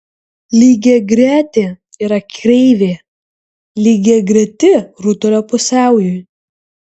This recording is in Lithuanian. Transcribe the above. lygiagretė yra kreivė lygiagreti rutulio pusiaujui